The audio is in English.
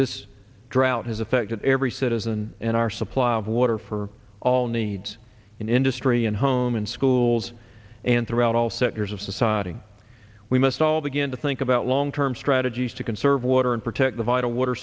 this drought has affected every citizen in our supply of water for all needs in industry and home and schools and throughout all sectors of society we must all begin to think about long term strategies to conserve water and protect the vital water